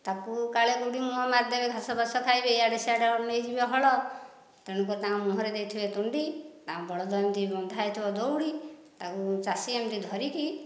ତାକୁ କାଳେ କେଉଁଠି ମୁହଁ ମାରିଦେବେ ଘାସ ଫାସ ଖାଇବେ ଇଆଡ଼େ ସିଆଡ଼େ ନେଇଯିବେ ହଳ ତେଣୁ କରି ତାଙ୍କ ମୁହଁ ରେ ଦେଇଥିବେ ତୁଣ୍ଡି ଆଉ ବଳଦ ଏମିତି ବନ୍ଧା ହୋଇଥିବ ଦଉଡ଼ି ଆଉ ଚାଷୀ ଏମିତି ଧରିକି